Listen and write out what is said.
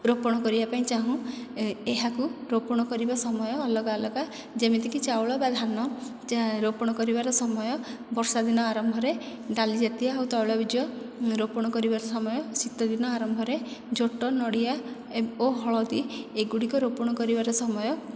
ରୋପଣ କରିବା ପାଇଁ ଚାହୁଁ ଏହାକୁ ରୋପଣ କରିବା ସମୟ ଅଲଗା ଅଲଗା ଯେମିତିକି ଚାଉଳ ବା ଧାନ ରୋପଣ କରିବାର ସମୟ ବର୍ଷା ଦିନ ଆରମ୍ଭରେ ଡାଲି ଜାତୀୟ ଓ ତୈଳବୀଜ ରୋପଣ କରିବାର ସମୟ ଶୀତ ଦିନ ଆରମ୍ଭରେ ଝୋଟ ନଡ଼ିଆ ଏ ଓ ହଳଦୀ ଏଗୁଡ଼ିକ ରୋପଣ କରିବାର ସମୟ